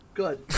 Good